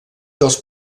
dels